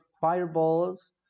fireballs